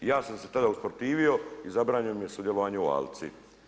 I ja sam se tada usprotivio i zabranjeno mi je sudjelovanje u alci.